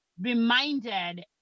reminded